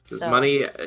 money